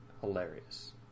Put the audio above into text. hilarious